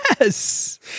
Yes